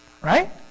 Right